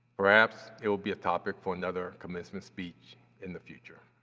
perhaps, it will be a topic for another commencement speech in the future.